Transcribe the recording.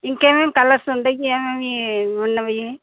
ఇంకేమేమి కలర్స్ ఉన్నాయి ఏమేమి ఉన్నాయి